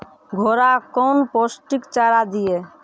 घोड़ा कौन पोस्टिक चारा दिए?